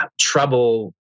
trouble